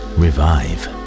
revive